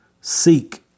seek